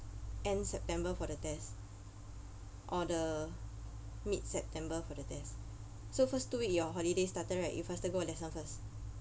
end september for the test or the mid september for the test so first two week your holiday started right you faster go lesson first